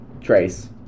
Trace